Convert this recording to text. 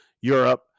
Europe